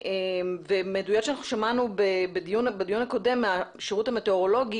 מעדויות שאנחנו שמענו בדיון הקודם מהשירות המטאורולוגי,